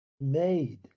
made